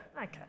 Okay